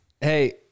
Hey